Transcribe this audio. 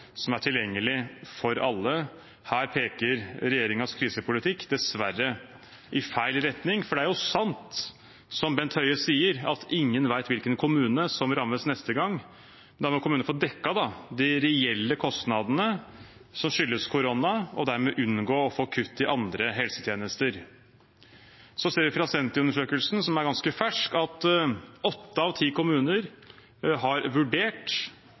som er tilgjengelig for alle. Her peker regjeringens krisepolitikk dessverre i feil retning, for det er jo sant, som Bent Høie sier, at ingen vet hvilken kommune som rammes neste gang. Da må kommunene få dekket de reelle kostnadene som skyldes korona, og dermed unngå å få kutt i andre helsetjenester. Så ser vi av Sentio-undersøkelsen, som er ganske fersk, at åtte av ti kommuner har vurdert,